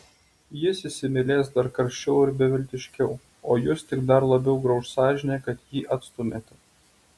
jis įsimylės dar karščiau ir beviltiškiau o jus tik dar labiau grauš sąžinė kad jį atstumiate